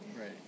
Right